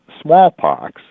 smallpox